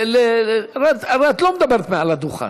הרי את לא מדברת מעל הדוכן.